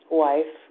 wife